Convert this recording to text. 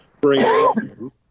bring